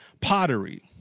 pottery